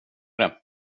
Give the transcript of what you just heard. det